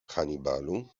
hannibalu